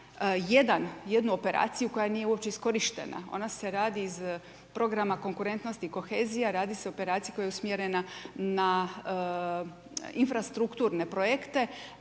jednu operaciju koja nije uopće iskorištena, ona se radi iz programa konkurentnosti, kohezija, radi se o operaciji koja je usmjerena na infrastrukturne projekte,